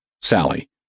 Sally